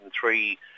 three